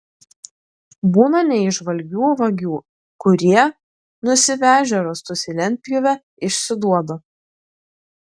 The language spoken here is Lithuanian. būna neįžvalgių vagių kurie nusivežę rąstus į lentpjūvę išsiduoda